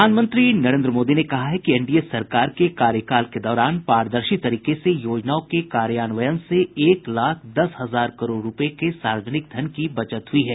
प्रधानमंत्री नरेन्द्र मोदी ने कहा है कि एनडीए सरकार के कार्यकाल के दौरान पारदर्शी तरीके से योजनाओं के कार्यान्वयन से एक लाख दस हजार करोड़ रूपये के सार्वजनिक धन की बचत हुई है